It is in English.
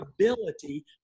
ability